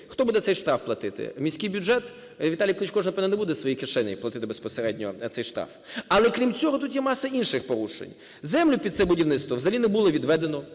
Хто буде цей штраф платити, міський бюджет? Віталій Кличко, напевно ж, не буде з своєї кишені платити безпосередньо цей штраф. Але крім цього, тут є маса інших порушень. Землю під це будівництво взагалі не було відведено